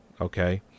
okay